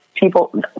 people